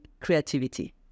creativity